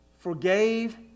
forgave